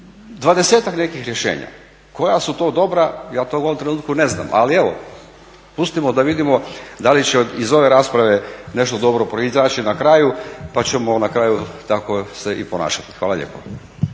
20-ak nekih rješenja. Koja su to dobra, ja to u ovom trenutku ne znam ali evo pustimo da vidimo da li će iz ove rasprave nešto dobro proizaći na kraju pa ćemo na kraju tako se i ponašati. Hvala lijepo.